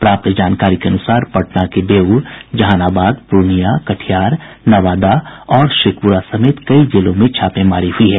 प्राप्त जानकारी के अनुसार पटना के बेऊर जहानाबाद पूर्णियां कटिहार नवादा शेखपुरा समेत कई जेलों में छापेमारी हुई है